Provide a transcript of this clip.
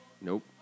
Nope